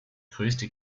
größte